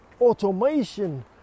automation